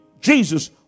Jesus